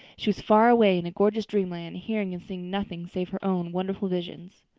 she was far away in a gorgeous dreamland hearing and seeing nothing save her own wonderful visions.